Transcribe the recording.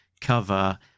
cover